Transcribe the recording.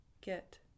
get